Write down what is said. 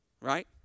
right